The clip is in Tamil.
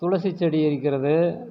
துளசிச்செடி இருக்கின்றது